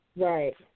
Right